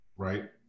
right